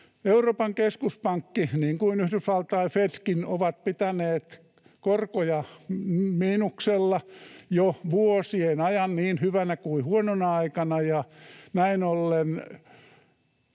Euroopan keskuspankki niin kuin Yhdysvaltain FEDkin ovat pitäneet korkoja miinuksella jo vuosien ajan niin hyvänä kuin huononakin aikana, ja näin ollen